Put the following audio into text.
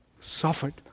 suffered